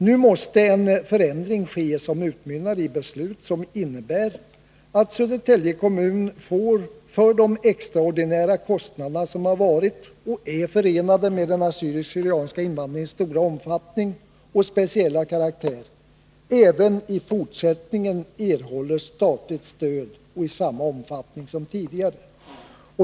Nu måste en förändring ske, som utmynnar i beslut innebärande att Södertälje kommun — för kostnader som varit och är förenade med den assyrisk/syrianska invandringens stora omfattning och speciella karaktär — i fortsättningen får statligt stöd i samma omfattning som tidigare.